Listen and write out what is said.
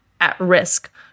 at-risk